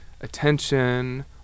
attention